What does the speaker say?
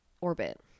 orbit